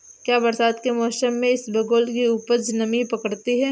क्या बरसात के मौसम में इसबगोल की उपज नमी पकड़ती है?